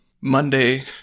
Monday